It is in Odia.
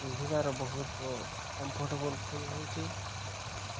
ପିନ୍ଧିବାର ବହୁତ କମ୍ଫର୍ଟେବଲ୍ ଫିଲ୍ ହେଉଛି